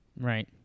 Right